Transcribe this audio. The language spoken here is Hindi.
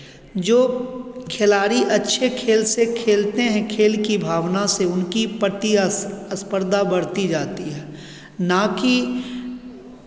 जो खिलाड़ी अच्छे खेल से खेलते हैं खेल की भावना से उनकी प्रतिस्पर्धा बढ़ती जाती है ना कि